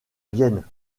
vienne